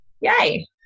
yay